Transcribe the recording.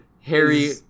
harry